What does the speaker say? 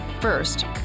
First